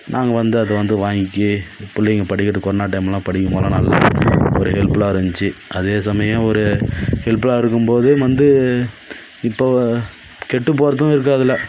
நாங்கள் வந்து அதை வந்து வாங்கி பிள்ளைங்க படிக்கிறதுக்கு கொரோனா டைம்லாம் படிக்கும்போதுலாம் நல்லா ஒரு ஹெல்ப்ஃபுல்லாக இருந்துச்சு அதே சமயம் ஒரு ஹெல்ப்ஃபுல்லாக இருக்கும்போதே வந்து இப்போது கெட்டு போகிறதுக்கும் இருக்குது அதில்